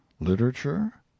Literature